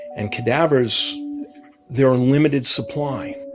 and cadavers they're on limited supply